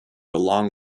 along